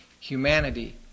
humanity